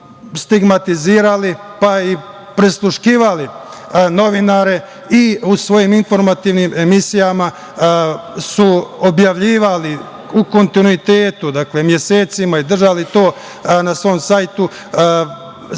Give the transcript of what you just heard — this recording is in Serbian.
stigmatizirali, pa i prisluškivali novinare i u svojim informativnim emisijama su objavljivali u kontinuitetu, mesecima i držali to na svom sajtu,